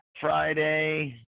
Friday